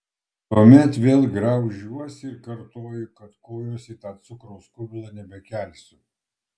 tuomet vėl graužiuosi ir kartoju kad kojos į tą cukraus kubilą nebekelsiu